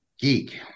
geek